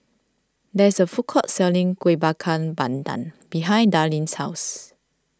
there is a food court selling Kueh Bakar Pandan behind Darlyne's house